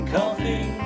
Coffee